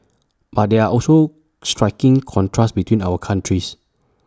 but there are also striking contrasts between our countries